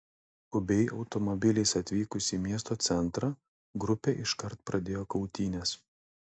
skubiai automobiliais atvykusi į miesto centrą grupė iškart pradėjo kautynes